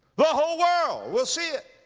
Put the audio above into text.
the whole world will see it.